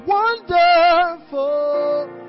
Wonderful